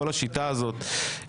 כול השיטה הזאת,